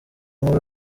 mahoro